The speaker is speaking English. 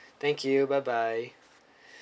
thank you bye bye